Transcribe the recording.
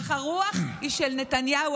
אך הרוח היא של נתניהו,